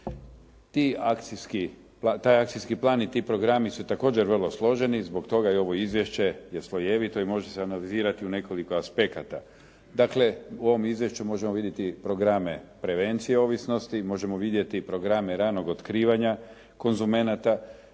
Taj akcijski program i ti programi su također vrlo složeni i zbog toga je ovo izvješće je slojevito i može se analizirati u nekoliko aspekata. Dakle, u ovom izvješću možemo vidjeti programe prevencije ovisnosti, možemo vidjeti programe ranog otkrivanja konzumenata,